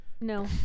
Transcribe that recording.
No